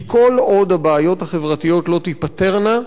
כי כל עוד הבעיות החברתיות לא תיפתרנה,